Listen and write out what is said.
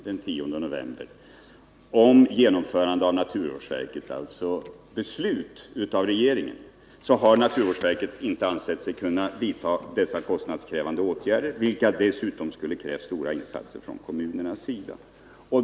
Den 10 november skrev naturvårdsverket att det, i avvaktan på beslut av regeringen, inte har ansett sig kunna vidta dessa kostnadskrävande åtgärder. Åtgärderna skulle dessutom ha krävt stora insatser från kommunernas sida.